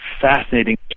fascinating